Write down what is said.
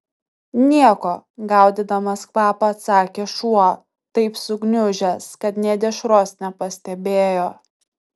nieko gaudydamas kvapą atsakė šuo taip sugniužęs kad nė dešros nepastebėjo